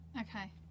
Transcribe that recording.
okay